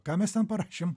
ką mes ten parašėm